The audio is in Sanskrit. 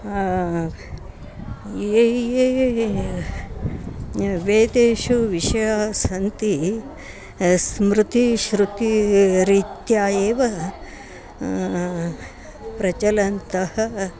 ये ये वेदेषु विषयाः सन्ति स्मृतीश्रुतीरीत्या एव प्रचलन्तः